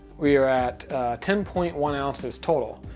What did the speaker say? we are at ten point one ounces total,